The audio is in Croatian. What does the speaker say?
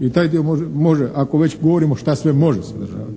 i taj dio može, ako već govorimo što sve može sadržavati,